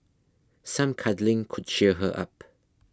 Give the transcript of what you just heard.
some cuddling could cheer her up